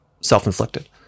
self-inflicted